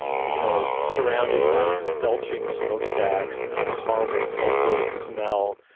you know, surrounded by belching smokestacks and a horrible sulfur ah smell.